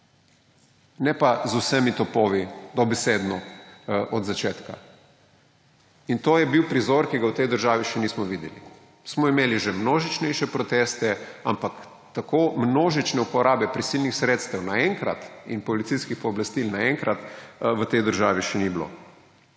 ne pa z vsemi topovi dobesedno od začetka. In to je bil prizor, ki ga v tej državi še nismo videli, smo imeli že bolj množične proteste, ampak tako množične uporabe prisilnih sredstev naenkrat in policijskih pooblastil naenkrat v tej državi še ni bilo.